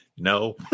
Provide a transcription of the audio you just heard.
No